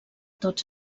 tots